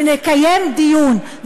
ונקיים דיון.